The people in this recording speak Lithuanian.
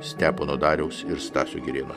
stepono dariaus ir stasio girėno